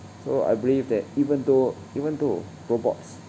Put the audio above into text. so I believe that even though even though robots